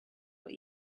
what